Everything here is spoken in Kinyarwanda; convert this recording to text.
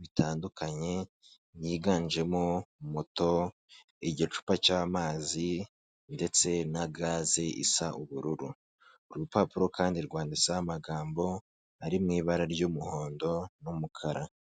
bitandukanye byiganjemo moto, igicupa cy'amazi ndetse na gaze isa ubururu. Urupapuro kandi rwanditseho amagambo ari mu ibara ry'umuhondo n'umukara.